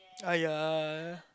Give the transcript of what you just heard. !aiya!